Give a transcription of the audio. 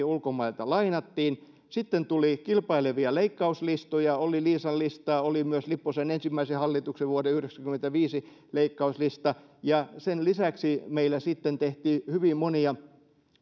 ulkomailta lainattiin sitten tuli kilpailevia leikkauslistoja oli liisan listaa oli myös lipposen ensimmäisen hallituksen vuoden yhdeksänkymmentäviisi leikkauslista sen lisäksi meillä tehtiin hyvin monia